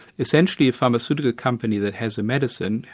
essentially a pharmaceutical company that has a medicine,